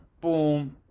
Boom